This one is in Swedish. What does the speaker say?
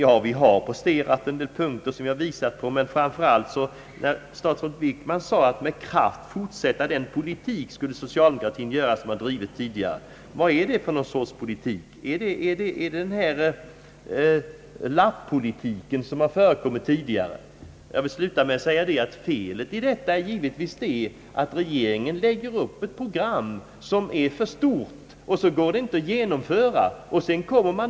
Ja, vi har presterat en del punkter som jag visat på. Men statsrådet Wickman sade, att socialdemokratin med kraft skulle fortsätta den politik som har drivits tidigare. Vad är det för sorts politik? Är det den lapp-politik som har förekommit tidigare? Jag vill sluta med att säga, att felet givetvis är att regeringen lägger upp ett program som är för stort och som det inte går att genomföra.